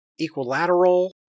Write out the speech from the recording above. Equilateral